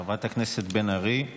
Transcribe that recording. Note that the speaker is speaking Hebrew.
חברת הכנסת בן ארי,